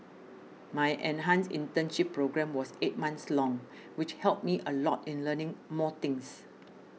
my enhanced internship programme was eight months long which helped me a lot in learning more things